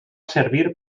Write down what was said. servir